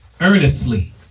Earnestly